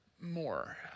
more